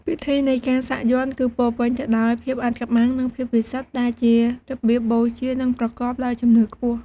ពិធីនៃការសាក់យ័ន្តគឺពោរពេញទៅដោយភាពអាថ៌កំបាំង និងភាពពិសិដ្ឋ ដែលជារបៀបបូជា និងប្រកបដោយជំនឿខ្ពស់។